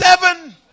seven